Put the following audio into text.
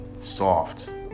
Soft